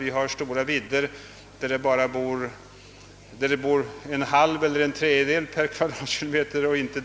Vi har stora vidder där det per samma ytenhet statistiskt sett inte finns någon boende.